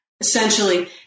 essentially